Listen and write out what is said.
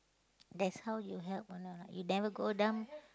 that's how you help a lot lah you never go down